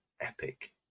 epic